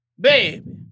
Baby